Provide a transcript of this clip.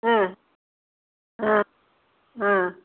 ஆ ஆ ஆ